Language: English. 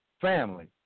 Family